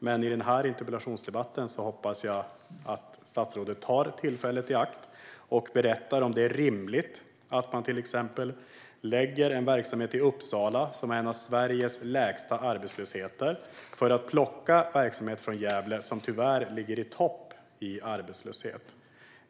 Men i denna interpellationsdebatt hoppas jag att statsrådet tar tillfället i akt och berättar om det är rimligt att man förlägger verksamhet till exempelvis Uppsala, vars arbetslöshet är en av de lägsta i Sverige, för att plocka verksamhet från Gävle, som tyvärr ligger i topp i fråga om arbetslöshet.